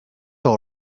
all